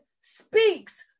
speaks